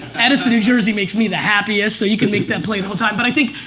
addison in jersey makes me the happiest, so you can make that play whole time. but i think,